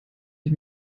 ich